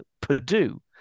purdue